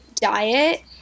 diet